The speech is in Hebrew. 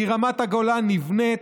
כי רמת הגולן נבנית.